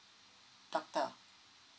doctor